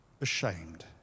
ashamed